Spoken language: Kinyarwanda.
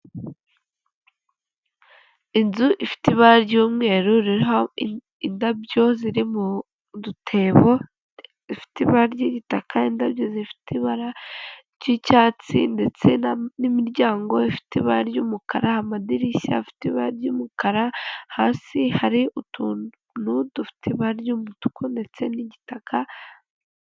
Inzu ifite ifite ibara ry'umweru ririho imbabyo ziri mu dutebo dufite ibara ry'igitaka , indabyo zifite ibara ry'icyatsi ndetse n'imiryango ifite ibara ry'umukara, amadirishya afite ibara ry'umukara. Hasi hari utuntu dufite ibara ry'umutuku ndetse n'igitaka.